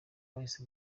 yahise